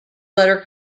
letter